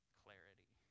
clarity